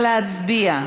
נא להצביע.